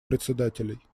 председателей